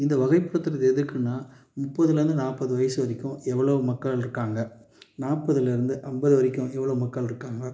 இந்த வகைப்படுத்துவது எதுக்குனால் முப்பதுலேருந்து நாற்பது வயது வரைக்கும் எவ்வளோ மக்கள் இருக்காங்க நாற்பதுலருந்து ஐம்பது வரைக்கும் எவ்வளோ மக்கள் இருக்காங்க